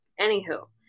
anywho